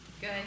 Good